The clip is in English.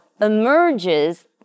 emerges